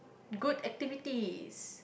good activities